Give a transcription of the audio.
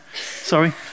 sorry